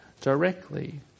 directly